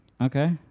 Okay